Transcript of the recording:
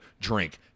drink